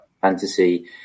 fantasy